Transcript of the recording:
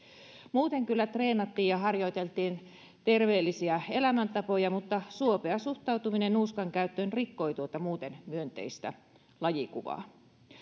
muuten kyllä treenattiin ja harjoiteltiin terveellisiä elämäntapoja mutta suopea suhtautuminen nuuskan käyttöön rikkoi tuota muuten myönteistä lajikuvaa